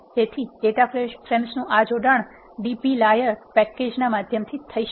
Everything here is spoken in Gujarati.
તેથી ડેટા ફ્રેમ્સનું આ જોડાણ dplyr પેકેજ ના માધ્યમથી થઇ શકે